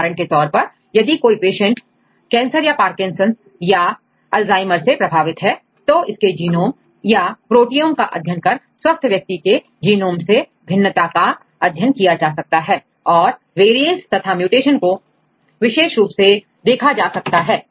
उदाहरण के तौर पर यदि कोई पेशेंट रोगी कैंसर या पार्किंसन या अल्जाइमर से प्रभावित है तो इसके जीनोम और प्रोटियोम को अध्ययन कर स्वस्थ व्यक्ति के जीनोम से भिन्नता का अध्ययन किया जा सकता है और वेरिएशंस तथा म्यूटेशन को विशेष रूप से देखा जा सकता है